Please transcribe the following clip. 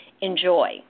enjoy